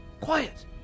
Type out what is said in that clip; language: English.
Quiet